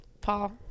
Paul